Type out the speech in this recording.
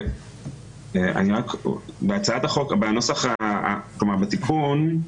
בהצעת החוק, בתיקון,